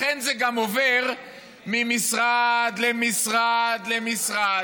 לכן זה גם עובר ממשרד למשרד למשרד.